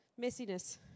messiness